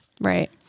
Right